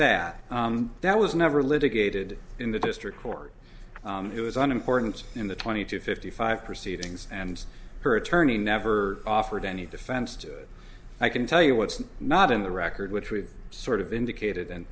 that that was never litigated in the district court who is unimportance in the twenty to fifty five proceedings and her attorney never offered any defense to it i can tell you what's not in the record which we've sort of indicated